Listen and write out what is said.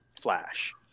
flash